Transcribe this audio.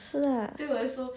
是 lah